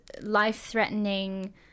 life-threatening